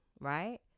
right